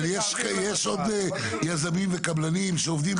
אבל יש עוד יזמים וקבלנים שעובדים.